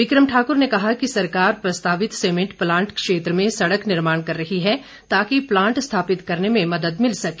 बिक्रम ठाकुर ने कहा कि सरकार प्रस्तावित सीमेंट प्लांट क्षेत्र में सड़क निर्माण कर रही है ताकि प्लांट स्थापित करने में मदद मिल सके